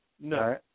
no